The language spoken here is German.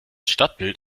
stadtbild